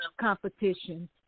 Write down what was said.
competition